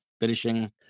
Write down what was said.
finishing